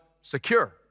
secure